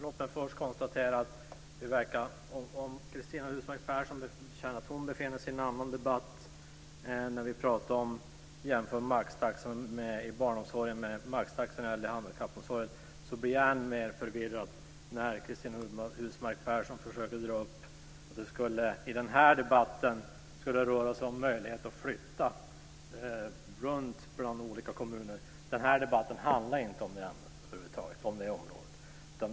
Fru talman! Cristina Husmark Pehrsson säger att det känns som om hon befinner sig i en annan debatt när vi jämför maxtaxa i barnomsorgen med maxtaxa i äldre och handikappomsorgen. Jag blir än mer förvirrad när Cristina Husmark Pehrsson i den här debatten drar upp möjligheten att flytta runt i olika kommuner. Den här debatten handlar över huvud taget inte om det.